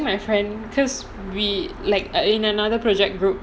I was telling my friend because we like uh in another project group